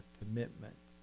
commitment